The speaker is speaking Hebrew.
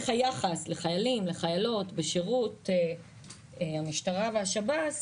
היחס לחיילים ולחיילות בשירות המשטרה והשב"ס